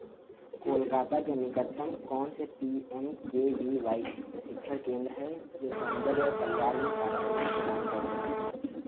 कोलकाता के निकटतम कौन से P M K V Y प्रशिक्षण केंद्र है जो सौंदर्य और कल्याण में पाठ्यक्रम प्रदान करते हैं